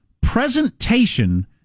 presentation